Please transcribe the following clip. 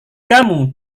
kamu